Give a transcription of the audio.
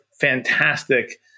fantastic